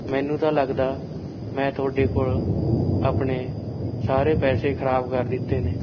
ਮੈਨੂੰ ਤਾਂ ਲੱਗਦਾ ਮੈਂ ਤੁਹਾਡੇ ਕੋਲ ਆਪਣੇ ਸਾਰੇ ਪੈਸੇ ਖਰਾਬ ਕਰ ਦਿੱਤੇ ਨੇ